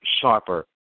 sharper